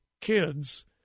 kids